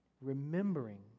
remembering